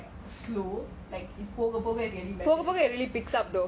போக போக:poga poga it really picks up though